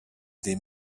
des